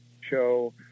Show